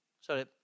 Sorry